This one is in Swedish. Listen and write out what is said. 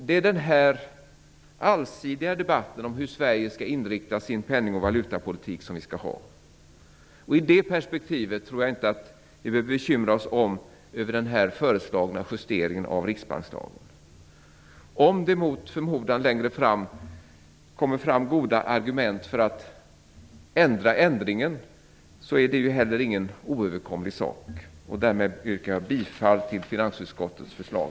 Det är denna allsidiga debatt om hur Sverige skall inrikta sin penning och valutapolitik som vi skall ha. I det perspektivet tror jag inte att vi behöver bekymra oss om den här föreslagna justeringen av riksbankslagen. Om det mot förmodan längre fram kommer fram goda argument för att ändra ändringen, så är det inte en oöverkomlig sak. Därmed yrkar jag bifall till finansutskottets förslag.